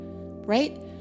right